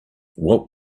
what